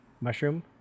mushroom